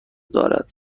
دارد